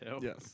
Yes